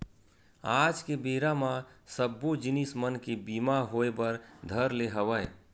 आज के बेरा म सब्बो जिनिस मन के बीमा होय बर धर ले हवय